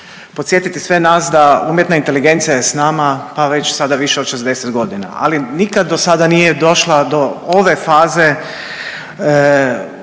podsjetiti sve nas da umjetna inteligencija je sa nama pa već sada više od 60 godina, ali nikad do sada nije došla do ove faze